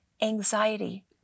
anxiety